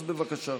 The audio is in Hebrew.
אז בבקשה.